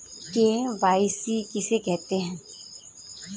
KYC किसे कहते हैं?